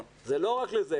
זה לא רק לזה.